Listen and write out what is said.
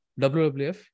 WWF